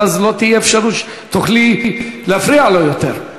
ואז לא תהיה אפשרות שתוכלי להפריע לו יותר.